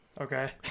Okay